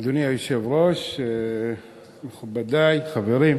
אדוני היושב-ראש, מכובדי, חברים,